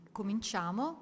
cominciamo